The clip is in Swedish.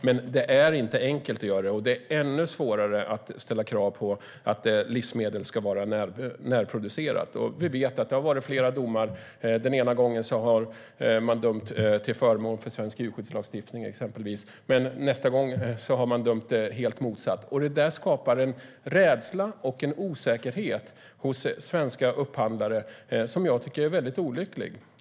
Men det är inte enkelt att göra det, och det är ännu svårare att ställa krav på att livsmedel ska vara närproducerade. Vi vet att det har avkunnats flera domar. Ena gången har man dömt exempelvis till förmån för svensk djurskyddslagstiftning, men nästa gång har man dömt helt motsatt. Det där skapar en rädsla och en osäkerhet hos svenska upphandlare som jag tycker är väldigt olycklig.